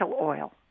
oil